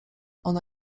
ona